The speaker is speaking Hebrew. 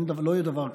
לא יהיה דבר כזה.